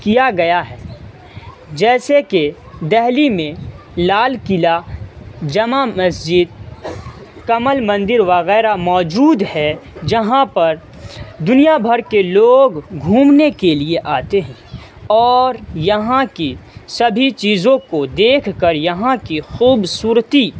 کیا گیا ہے جیسے کہ دہلی میں لال قلعہ جامع مسجد کمل مندر وغیرہ موجود ہے جہاں پر دنیا بھر کے لوگ گھومنے کے لیے آتے ہیں اور یہاں کی سبھی چیزوں کو دیکھ کر یہاں کی خوبصورتی